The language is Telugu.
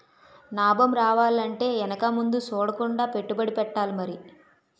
నాబం రావాలంటే ఎనక ముందు సూడకుండా పెట్టుబడెట్టాలి మరి